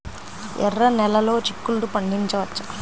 ఎర్ర నెలలో చిక్కుల్లో పండించవచ్చా?